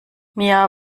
mir